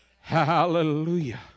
Hallelujah